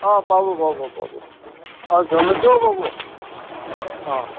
অঁ পাব পাব পাব অঁ জলকীয়াও পাব অঁ